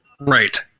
Right